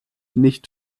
nicht